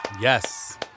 Yes